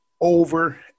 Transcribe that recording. over